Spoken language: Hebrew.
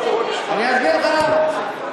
אני אסביר לך למה.